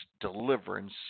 deliverance